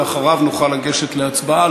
ואחריו נוכל לגשת להצבעה.